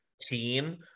team